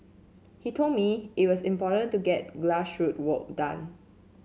he told me it was important to get grassroot work done